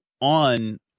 On